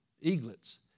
eaglets